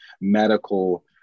medical